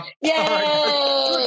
yay